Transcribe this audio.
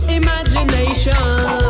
imagination